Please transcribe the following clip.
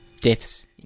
Deaths